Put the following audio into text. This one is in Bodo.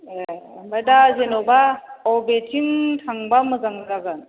ए ओमफाय दा जेन'बा अबेथिं थांबा मोजां जागोन